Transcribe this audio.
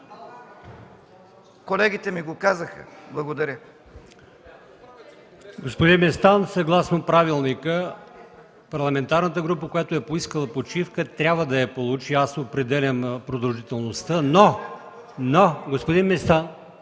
Колегите ми го казаха. Благодаря.